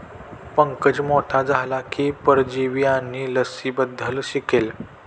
पंकज मोठा झाला की परजीवी आणि लसींबद्दल शिकेल